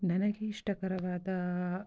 ನನಗೆ ಇಷ್ಟಕರವಾದ